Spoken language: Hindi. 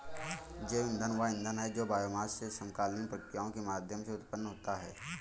जैव ईंधन वह ईंधन है जो बायोमास से समकालीन प्रक्रियाओं के माध्यम से उत्पन्न होता है